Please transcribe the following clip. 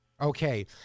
okay